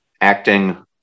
acting